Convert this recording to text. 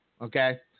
Okay